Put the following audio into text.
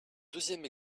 deuxième